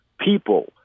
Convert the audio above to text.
people